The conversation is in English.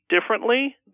differently